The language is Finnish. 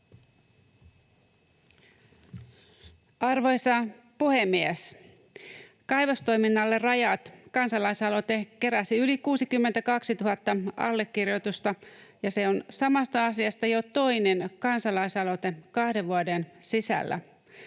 Arvoisa puhemies! Kaivostoiminnalle rajat ‑kansalaisaloite keräsi yli 62 000 allekirjoitusta, ja se on samasta asiasta jo toinen kansalaisaloite kahden vuoden sisällä.